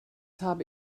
habe